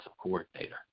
coordinator